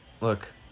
Look